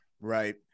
Right